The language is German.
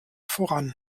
voran